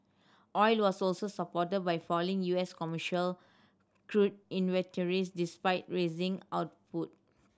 oil was also supported by falling U S commercial crude inventories despite rising output